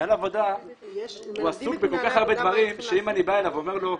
מנהל העבודה עסוק בכל כך הרבה דברים שאם אני בא אליו ואומר לו: